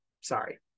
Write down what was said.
Sorry